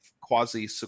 quasi